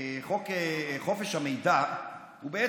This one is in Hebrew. ששלוש עבירות זה ייהרג ואל